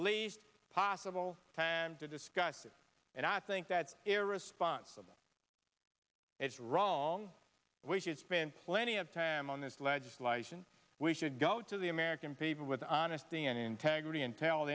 least possible time to discuss it and i think that irresponsible is wrong which it's been plenty of time on this legislation we should go to the american people with honesty and integrity and tell